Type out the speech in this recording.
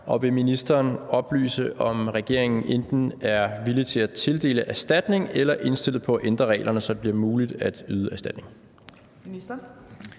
og vil ministeren oplyse, om regeringen enten er villig til at tildele erstatning eller indstillet på at ændre reglerne, så det bliver muligt at yde erstatning?